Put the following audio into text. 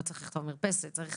לא צריך לכתוב מרפסת, צריך